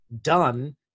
done